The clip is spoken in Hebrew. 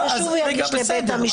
ושוב יגיש לבית המשפט.